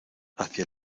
hacia